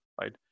right